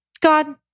God